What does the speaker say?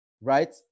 Right